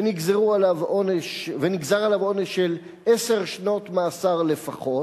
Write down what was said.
ונגזר עליו עונש של עשר שנות מאסר לפחות,